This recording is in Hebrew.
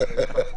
האוצר,